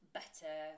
better